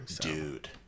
Dude